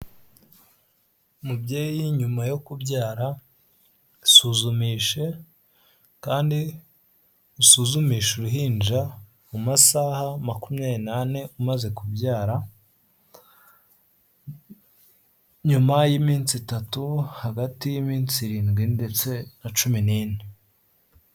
Mubyeyi nyuma yo kubyara isuzumishe kandi usuzumishe uruhinja mu masaha makumyabiri n'ane umaze kubyara, nyuma y'iminsi itatu hagati y'iminsi irindwi ndetse na cumi n'ine.